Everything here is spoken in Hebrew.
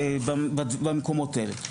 במקומות האלה.